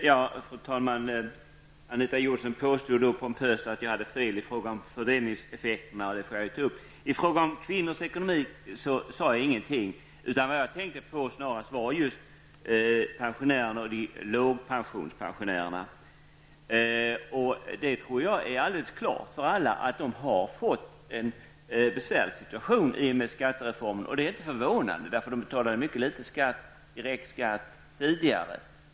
Fru talman! Anita Johansson påstod pompöst att jag hade fel i fråga om fördelningseffekterna, så det får jag lov att ta upp. Om kvinnornas ekonomi sade jag ingenting. Vad jag snarast tänkte på var lågpensionspensionärerna. Jag tror att det står alldeles klart för alla att de har fått en besvärlig situation genom skattereformen. Det är inte förvånande, eftersom det tidigare betalade en mycket liten direkt skatt.